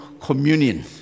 communion